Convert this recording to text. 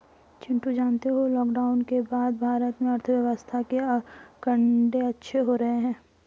चिंटू जानते हो लॉकडाउन के बाद भारत के अर्थव्यवस्था के आंकड़े अच्छे हो रहे हैं